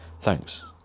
Thanks